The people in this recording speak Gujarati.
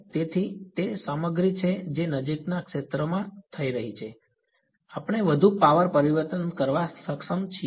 તેથી તે સામગ્રી છે જે નજીકના ક્ષેત્રમાં થઈ રહી છે આપણે વધુ પાવર પરિવર્તન કરવા સક્ષમ છીએ